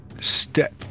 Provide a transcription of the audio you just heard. step